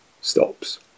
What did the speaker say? stops